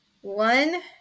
One